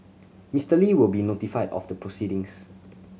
Mister Li will be notified of the proceedings